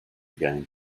again